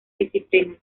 disciplina